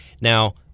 Now